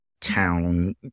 town